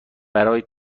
برای